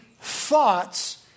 thoughts